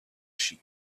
sheep